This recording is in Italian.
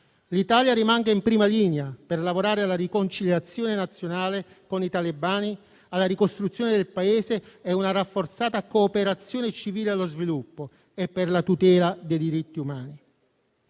L'Italia rimanga in prima linea per lavorare alla riconciliazione nazionale con i talebani, alla ricostruzione del Paese e a una rafforzata cooperazione civile allo sviluppo e per la tutela dei diritti umani.